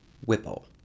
Whipple